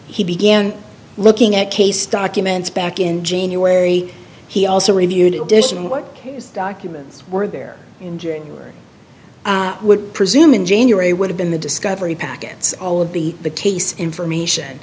he began looking at case documents back in january he also reviewed in addition what his documents were there in jail would presume in january would have been the discovery packets all of the tastes information